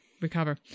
recover